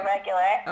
Regular